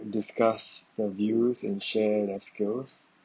discuss their views and share their skills